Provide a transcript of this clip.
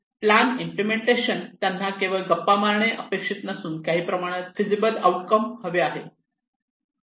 plan implementation त्यांना केवळ गप्पा मारणे अपेक्षित नसून काही प्रमाणात फिजिबल आऊट कम हवे आहेत